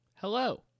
Hello